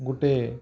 ଗୋଟେ